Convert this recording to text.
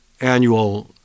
annual